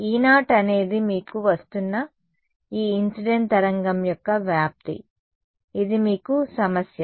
E0 అనేది మీకు వస్తున్న ఈ ఇన్సిడెంట్ తరంగం యొక్క వ్యాప్తి ఇది మీకు సమస్య